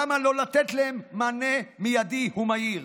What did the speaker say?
למה לא לתת להם מענה מיידי מהיר?